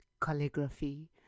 calligraphy